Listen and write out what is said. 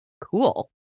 Cool